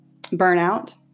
burnout